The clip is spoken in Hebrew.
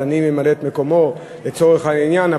אז אני ממלא את מקומו לצורך העניין.